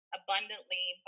abundantly